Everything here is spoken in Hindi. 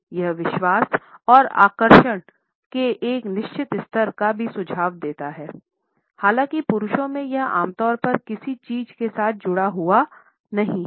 यह विश्वास और आकर्षण के एक निश्चित स्तर का भी सुझाव देता हैं हालाँकि पुरुषों में यह आम तौर पर किसी चीज के साथ जुड़ा हुआ है